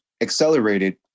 accelerated